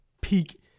peak